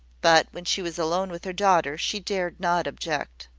but when she was alone with her daughter, she dared not object.